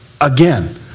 Again